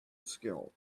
skill